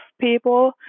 people